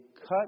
cut